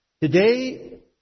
Today